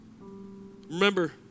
Remember